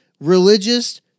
religious